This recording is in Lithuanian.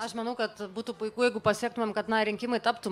aš manau kad būtų puiku jeigu pasiektumėm kad na rinkimai taptų